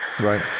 Right